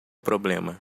problema